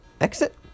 exit